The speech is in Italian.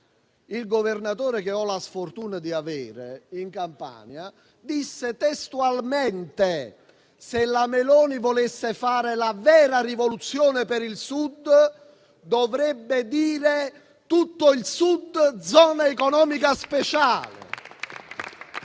il governatore che ho la sfortuna di avere in Campania disse testualmente: se la Meloni volesse fare la vera rivoluzione per il Sud, dovrebbe rendere tutto il Sud zona economica speciale.